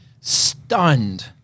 stunned